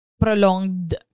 Prolonged